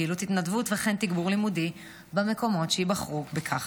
פעילות התנדבות וכן תגבור לימודי במקומות שיבחרו בכך.